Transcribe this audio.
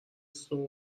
صبح